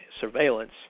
surveillance